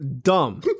dumb